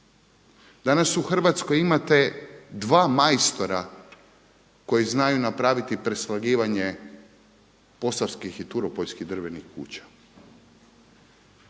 Danas u Hrvatskoj imate dva majstora koji znaju napraviti preslagivanje posavskih i turopoljskih drvenih kuća.